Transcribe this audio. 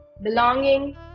belonging